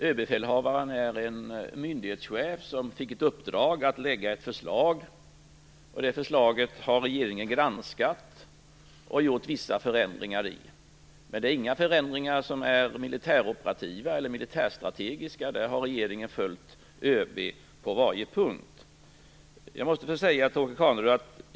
Överbefälhavaren är en myndighetschef som fick i uppdrag att lägga fram ett förslag som regeringen har granskat och gjort vissa förändringar i. Men det är inte fråga om några militäroperativa eller militärstrategiska förändringar. På de punkterna har regeringen följt ÖB:s förslag.